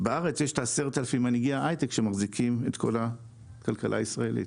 בארץ יש את ה-10,000 מנהיגי ההייטק שמחזיקים את כל הכלכלה הישראלית.